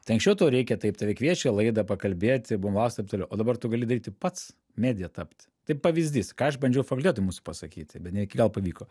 tai anksčiau tau reikia taip tave kviečia į laidą pakalbėti bumblauskas taip toliau o dabar tu gali daryti pats medija tapt tai pavyzdys ką aš bandžiau fakultetui mūsų pasakyti bet ne iki galo pavyko